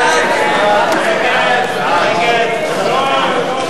הצעת סיעת קדימה להביע אי-אמון